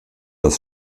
das